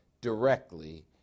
directly